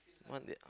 what they